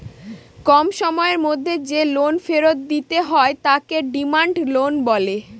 কম সময়ের মধ্যে যে লোন ফেরত দিতে হয় তাকে ডিমান্ড লোন বলে